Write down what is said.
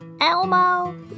Elmo